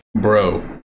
Bro